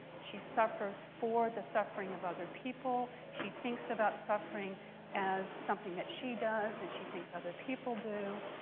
she suffers for the suffering of other people. she thinks about suffering as something that she does and she thinks other people do.